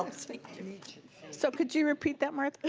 ah so could you repeat that martha?